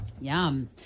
Yum